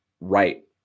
right